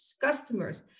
customers